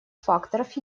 факторов